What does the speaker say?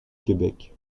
québec